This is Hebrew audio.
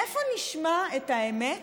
איפה נשמע את האמת